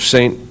Saint